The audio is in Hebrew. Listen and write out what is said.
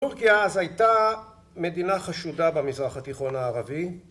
טורקיה אז הייתה מדינה חשודה במזרח התיכון הערבי